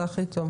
זה הכי טוב.